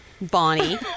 Bonnie